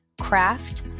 craft